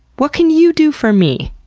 what can you do for me?